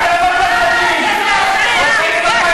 גזען, פאשיסט, גרבוז,